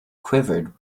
quivered